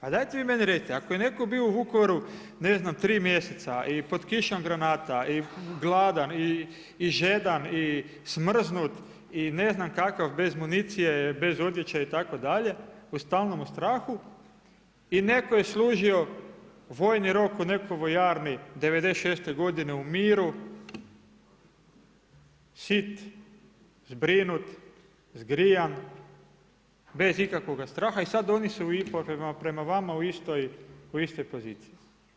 Pa dajte vi meni recite, ako je neko bio u Vukovaru ne znam, tri mjeseca i pod kišom granata i gladan, i žedan, i smrznut, i ne znam kakav bez municije, bez odjeće itd. u stalnom strahu i neko je služio vojni rok u nekoj vojarni '96. godine u miru, sit, zbrinut, zgrijan, bez ikakvoga straha i sada oni su prema vama u istoj poziciji?